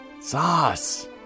Sauce